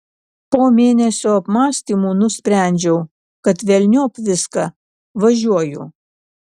po mėnesio apmąstymų nusprendžiau kad velniop viską važiuoju